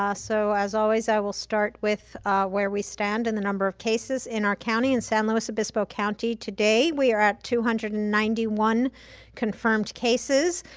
ah so as always, i will start with where we stand in the number of cases in our county. in san luis obispo county, today, we are at two hundred and ninety one confirmed cases.